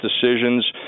decisions